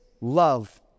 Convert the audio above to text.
love